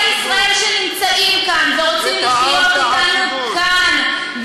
את ערביי ישראל שנמצאים כאן ורוצים לחיות אתנו כאן,